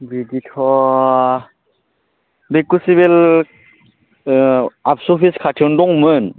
बिदिथ' बे खुसिबेल आबसु अफिस खाथियावनो दंमोन